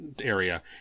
area